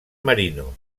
marino